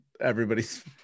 everybody's